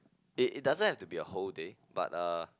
it it doesn't to be a whole day but uh